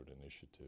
initiative